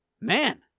Man